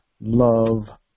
love